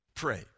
pray